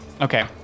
Okay